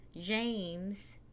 James